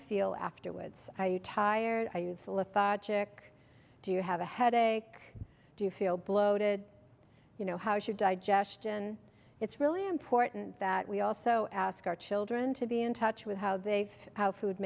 feel afterwards are you tired i used to lethargic do you have a headache do you feel bloated you know how is your digestion it's really important that we also ask our children to be in touch with how they've food